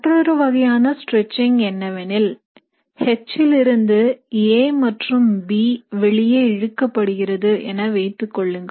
மற்றொரு வகையான stretching என்னவென்றால் H லிருந்து A மற்றும் B வெளியே இழுக்கப்படுகிறது என வைத்துக் கொள்ளுங்கள்